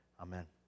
amen